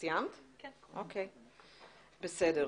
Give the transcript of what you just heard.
בסדר.